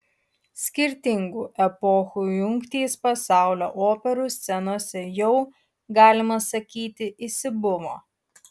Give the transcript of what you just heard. skirtingų epochų jungtys pasaulio operų scenose jau galima sakyti įsibuvo